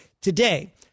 today